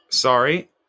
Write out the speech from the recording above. Sorry